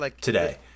Today